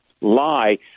lie